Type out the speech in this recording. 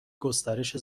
گسترش